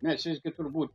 mes visgi turbūt